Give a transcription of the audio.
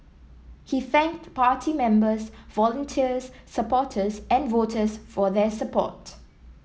he thanked party members volunteers supporters and voters for their support